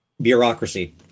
bureaucracy